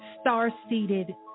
star-seated